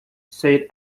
said